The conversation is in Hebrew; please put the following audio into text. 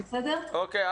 אוקיי.